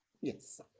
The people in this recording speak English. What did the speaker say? yes